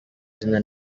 zina